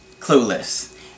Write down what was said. clueless